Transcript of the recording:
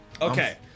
Okay